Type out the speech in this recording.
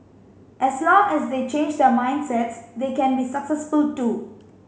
as long as they change their mindsets they can be successful too